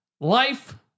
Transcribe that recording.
life